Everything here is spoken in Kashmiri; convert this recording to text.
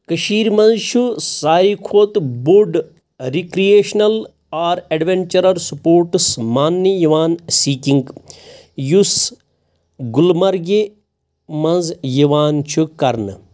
کٔشیٖرِ منٛز چھُ ساروی کھۄتہٕ بوٚڈ رِکرٛیشنل آر اٮ۪ڈونچرَر سٕپوٹٕس ماننہٕ یِوان سیٖکِنگ یُس گُلمرگہِ منٛز یِوان چھُ کرنہٕ